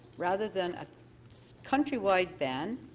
rather than a country-wide ban